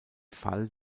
fall